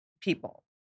people